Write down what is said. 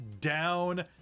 down